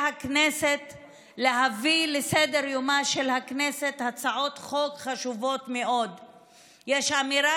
הכנסת להביא לסדר-יומה של הכנסת הצעות חוק חשובות מאוד יש אמירה